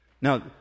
Now